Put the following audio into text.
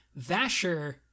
Vasher